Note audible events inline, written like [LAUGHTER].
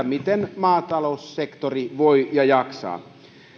[UNINTELLIGIBLE] miten maataloussektori voi ja jaksaa